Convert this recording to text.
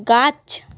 গাছ